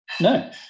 no